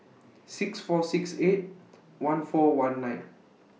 six four six eight one four one nine